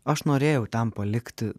aš norėjau ten palikti